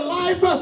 life